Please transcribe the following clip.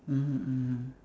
mmhmm mmhmm